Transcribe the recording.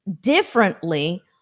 differently